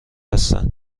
هستند